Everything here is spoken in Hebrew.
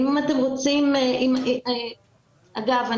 אגב,